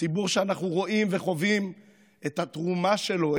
ציבור שאנחנו רואים וחווים את התרומה שלו,